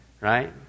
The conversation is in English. Right